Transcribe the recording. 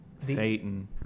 Satan